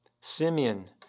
Simeon